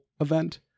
event